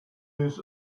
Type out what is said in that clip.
his